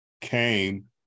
came